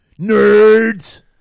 nerds